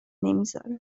نمیذاره